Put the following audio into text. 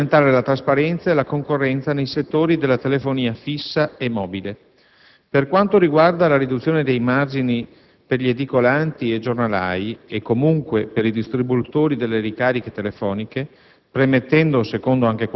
al fine di aumentare la trasparenza e la concorrenza nei settori della telefonia fissa e mobile. Per quanto riguarda la riduzione dei margini per gli edicolanti e giornalai e, comunque, per i distributori delle ricariche telefoniche,